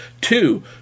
Two